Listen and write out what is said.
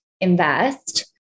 invest